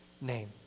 name